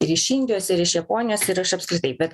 ir iš indijos ir iš japonijos ir iš apskritai bet